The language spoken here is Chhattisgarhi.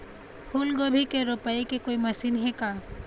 फूलगोभी के रोपाई के कोई मशीन हे का?